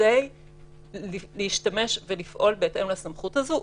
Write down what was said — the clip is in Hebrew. כדי להשתמש ולפעול בהתאם לסמכות הזאת.